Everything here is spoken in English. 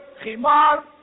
Khimar